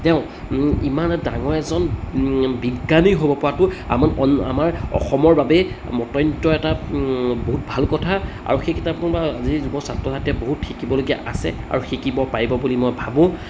তেওঁ ইমান ডাঙৰ এজন বিজ্ঞানী হ'ব পৰাটো আমাৰ আমাৰ অসমৰ বাবে অত্য়ন্ত এটা বহুত ভাল কথা আৰু সেই কিতাপখন বা যি যুৱ ছাত্ৰ ছাত্ৰীয়ে বহুত শিকিবলগীয়া আছে আৰু শিকিব পাৰিব বুলি মই ভাবোঁ